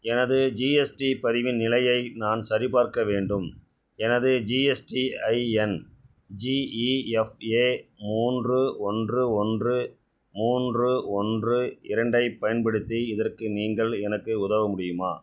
எனது ஜிஎஸ்டி பதிவின் நிலையை நான் சரிபார்க்க வேண்டும் எனது GSTIN G E F A மூன்று ஒன்று ஒன்று மூன்று ஒன்று இரண்டு ஐப் பயன்படுத்தி இதற்கு நீங்கள் எனக்கு உதவ முடியுமா